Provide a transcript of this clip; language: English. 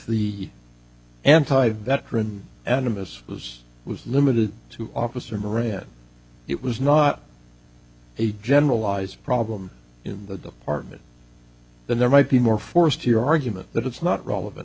the anti that animists was was limited to officer moran it was not a generalized problem in the department then there might be more force to your argument that it's not relevant